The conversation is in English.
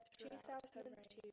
2002